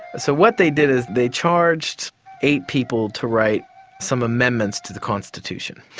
so what they did is they charged eight people to write some amendments to the constitution.